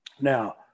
now